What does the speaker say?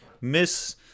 Miss